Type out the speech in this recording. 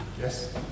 Yes